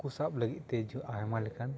ᱦᱟᱹᱠᱩ ᱥᱟᱵ ᱞᱟᱹᱜᱤᱫ ᱛᱮ ᱟᱭᱢᱟ ᱞᱮᱠᱟᱱ